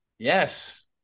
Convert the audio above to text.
Yes